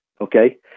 Okay